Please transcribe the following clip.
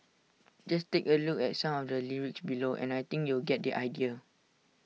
just take A look at some of the lyrics below and I think you'll get the idea